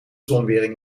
zonwering